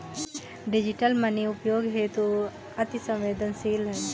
digital money उपयोग हेतु अति सवेंदनशील है